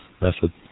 method